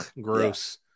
Gross